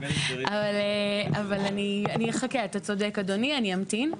אבל אני, אני אחכה, אתה צודק אדוני, אני אמתין.